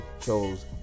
chose